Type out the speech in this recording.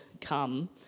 come